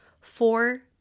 Four